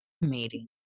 meeting